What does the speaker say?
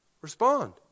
respond